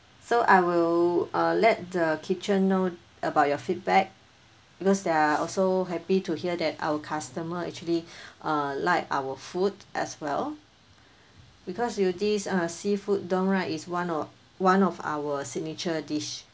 so I will err let the kitchen know about your feedback because they are also happy to hear that our customer actually err like our food as well because you this err seafood don right is one of one of our signature dish